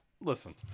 listen